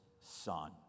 Son